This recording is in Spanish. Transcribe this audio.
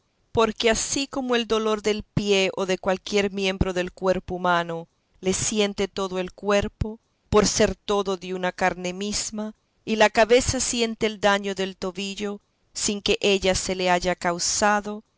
porque así como el dolor del pie o de cualquier miembro del cuerpo humano le siente todo el cuerpo por ser todo de una carne mesma y la cabeza siente el daño del tobillo sin que ella se le haya causado